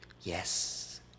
Yes